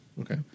Okay